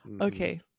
Okay